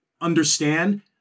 understand